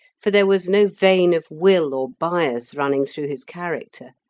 for there was no vein of will or bias running through his character.